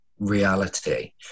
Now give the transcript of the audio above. reality